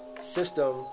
system